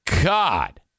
God